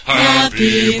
happy